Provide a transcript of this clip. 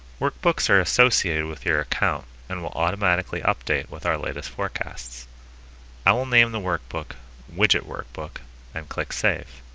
workbooks are associated with your account and will automatically update with our latest forecasts i will name the workbook widget workbook and click save